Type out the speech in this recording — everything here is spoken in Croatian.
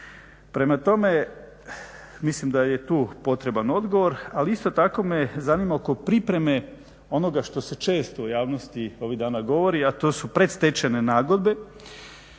Prema tome, mislim da je i tu potreban odgovor. Isto tako me zanima oko pripreme onoga što se često u javnosti ovih dana govori, a to su predstečajne nagodbe.